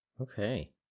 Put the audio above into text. Okay